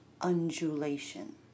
undulation